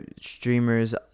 streamers